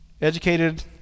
educated